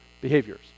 behaviors